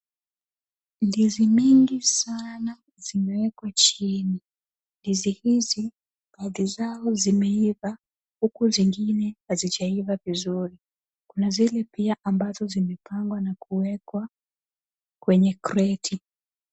Ndizi mingi sana zimewekwa chini. Ndizi hizi baadhi zao zimeiva huku zingine hazijaiva vizuri. Kuna zile pia ambazo zimepangwa na kuwekwa kwenye kreti.